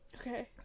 Okay